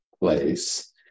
place